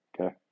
okay